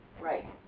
right